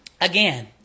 again